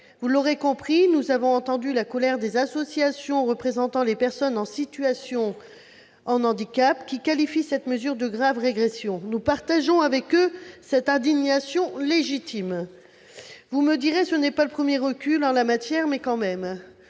Vous l'aurez compris, nous avons entendu la colère des associations représentant les personnes en situation de handicap, qui qualifient cette mesure de grave régression. Nous partageons avec elles cette indignation légitime. Vous me direz, ce n'est pas le premier recul en la matière, mais quand même